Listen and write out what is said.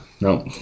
no